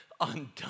undone